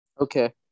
Okay